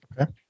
Okay